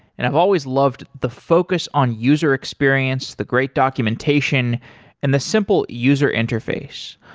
and i've always loved the focus on user experience, the great documentation and the simple user interface.